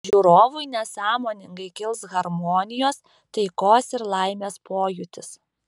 žiūrovui nesąmoningai kils harmonijos taikos ir laimės pojūtis